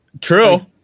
True